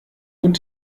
und